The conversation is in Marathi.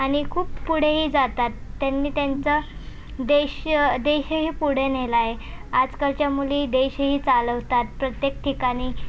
आणि खूप पुढेही जातात त्यांनी त्यांचा देश देशही पुढे नेला आहे आजकालच्या मुली देशही चालवतात प्रत्येक ठिकाणी